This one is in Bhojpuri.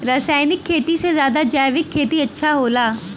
रासायनिक खेती से ज्यादा जैविक खेती अच्छा होला